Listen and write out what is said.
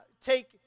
take